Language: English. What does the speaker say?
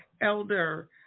Elder